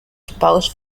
spouse